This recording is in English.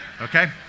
okay